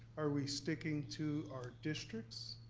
are we sticking to our districts?